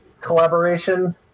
collaboration